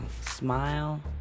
smile